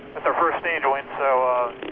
our first state win so